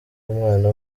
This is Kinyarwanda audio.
umwana